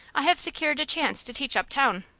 i have secured a chance to teach uptown.